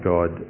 God